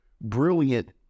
brilliant